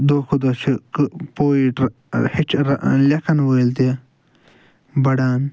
دۄہ کھوتہٕ دۄہ چھُ لٮ۪کھن وٲلۍ تہِ بڑان